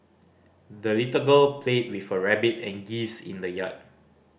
the little girl played with her rabbit and geese in the yard